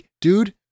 dude